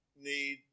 need